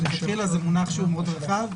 מלכתחילה זה מונח מאוד רחב.